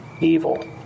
evil